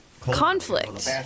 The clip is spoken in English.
conflict